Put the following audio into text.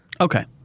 Okay